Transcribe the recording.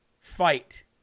fight